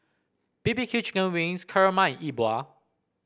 B B Q Chicken Wings kurma and Yi Bua